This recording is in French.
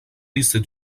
lycée